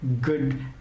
good